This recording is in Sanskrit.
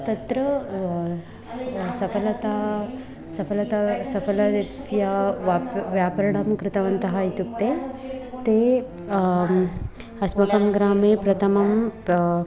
तत्र सफलता सफलता सफलता व्यापारः व्यापरं कृतवन्तः इत्युक्ते ते अस्माकं ग्रामे प्रथमं